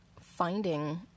finding